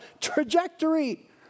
trajectory